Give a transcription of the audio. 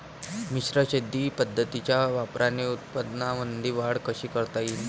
मिश्र शेती पद्धतीच्या वापराने उत्पन्नामंदी वाढ कशी करता येईन?